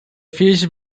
fish